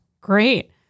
Great